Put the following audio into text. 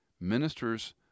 Ministers